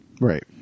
Right